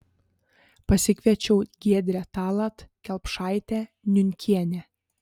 pasikviečiau giedrę tallat kelpšaitę niunkienę